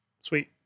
sweet